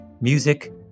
music